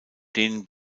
denen